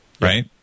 Right